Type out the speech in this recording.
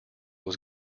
was